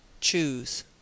choose